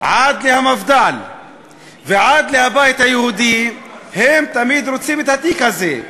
ועד המפד"ל ועד הבית היהודי הם תמיד רוצים את התיק הזה.